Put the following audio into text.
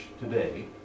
today